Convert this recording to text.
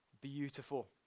beautiful